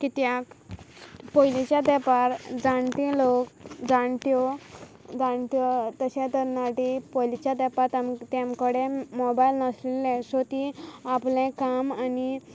कित्याक पोयलींच्या तेंपार जाणटी लोक जाणट्यो जाणट्यो तशे तन्नाटी पोयलींच्या तेंपार तामक् तेम कोडे मॉबायल नाशिल्ले सो तीं आपलें काम आनी